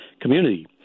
community